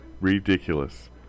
ridiculous